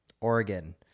Oregon